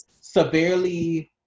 severely